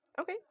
Okay